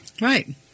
Right